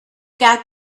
got